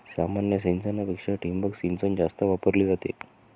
सामान्य सिंचनापेक्षा ठिबक सिंचन जास्त वापरली जाते